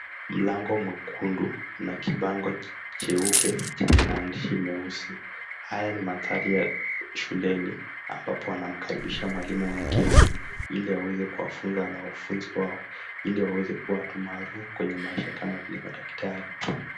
Mlango mwekundu mna kibango cheupe chenye maandishi meusi. Haya ni maandhari ya shuleni ambapo wanamkaribisha mwalimu mgeni iliwaweze kuwafunza wanafunzi wao ili waweze kuwa watu maarufu kwenye maisha kama vile madaktari.